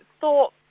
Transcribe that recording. thought